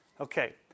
Okay